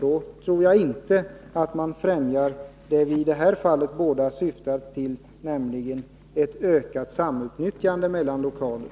Då tror jag inte att man främjar det vi båda i det här fallet syftar till, nämligen ett ökat samutnyttjande av lokaler.